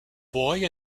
boy